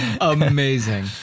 amazing